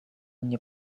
mnie